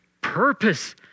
purpose